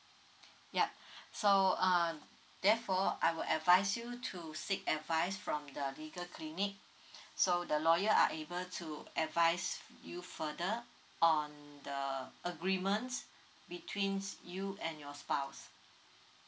yup so uh therefore I will advise you to seek advice from the legal clinic so the lawyer are able to advise you further on the agreements betweens you and your spouse